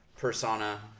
Persona